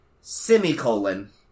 Semicolon